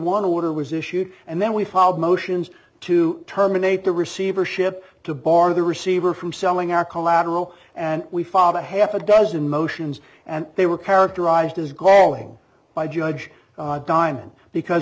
to order was issued and then we filed motions to terminate the receivership to bar the receiver from selling our collateral and we filed a half a dozen motions and they were characterized as calling by judge diamond because